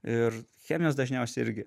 ir chemijos dažniausiai irgi